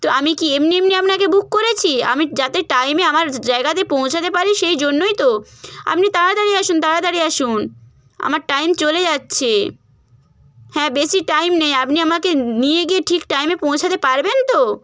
তো আমি কি এমনি এমনি আপনাকে বুক করেছি আমি যাতে টাইমে আমার জায়গাতে পৌঁছাতে পারি সেই জন্যই তো আপনি তাড়াতাড়ি আসুন তাড়াতাড়ি আসুন আমার টাইম চলে যাচ্ছে হ্যাঁ বেশি টাইম নেই আপনি আমাকে নিয়ে গিয়ে ঠিক টাইমে পৌঁছাতে পারবেন তো